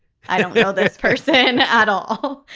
i don't know this person at all.